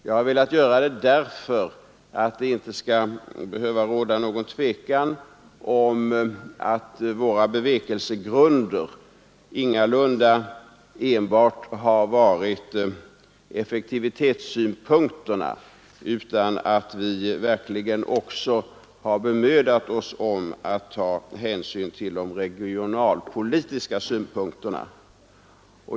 Jag har velat göra det därför att det inte skall behöva råda något tvivel om att våra bevekelsegrunder ingalunda enbart har varit effektivitetssynpunkterna utan att vi verkligen också har bemödat oss om att ta hänsyn till de regionalpolitiska synpunkterna.